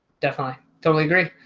definitely, totally agree.